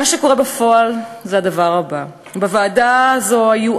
מה שקורה בפועל זה הדבר הבא: בוועדה הזו היו